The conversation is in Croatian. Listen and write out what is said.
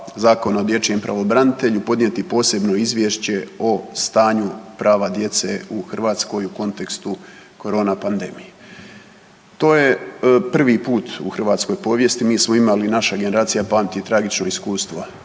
Zakona o dječjem pravobranitelju podnijeti posebno izvješće o stanju prava djece u Hrvatskoj u kontekstu korona pandemije. To je prvi put u hrvatskoj povijesti, mi smo imali, naša generacija pamti tragično iskustvo